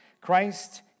Christ